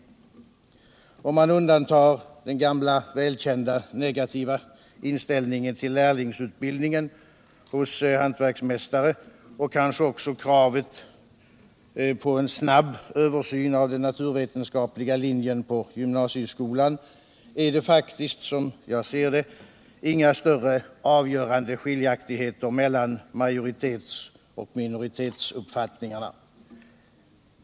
Om man undantar den gamla välkända negativa inställningen till lärlingsutbildningen hos hantverksmästare och kanske också kravet på en snar översyn av den naturvetenskapliga linjen på gymnasieskolan, är det faktiskt, som jag ser det, inga större avgörande skiljaktigheter mellan majoritetsoch minoritetsuppfattningarna.